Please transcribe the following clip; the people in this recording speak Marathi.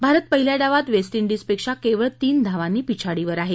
भारत पहिल्या डावात वेस्टडीजपेक्षा केवळ तीन धावांनी पिछाडीवर आहे